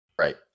Right